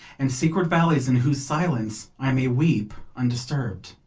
and secret valleys in whose silence i may weep undisturbed.